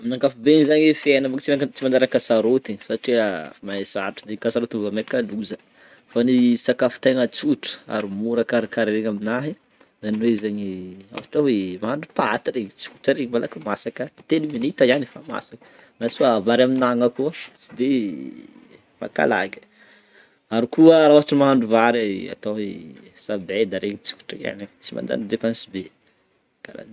Amin'ny ankapobeny zany fiegnana ty tsy manjary ankasarotina satria efa me sarotra ka ra ankasarotina voa mainka loza, fa ny sakafo tegna tsotra ary mora karahakaraigna amignahy zany hoe zany, a ôhatra hoe mahandro paty regny tsotra regny sady malaky masaka telo minitra hiany regny de efa masaka fa vary amin'ny agnana koa tsy de mankalagy, ary koa ra ôhatra hoe mahandro vary ato hoe sabeda sosotra hiany tsy mandany dépense be karaha zegny.